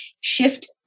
shift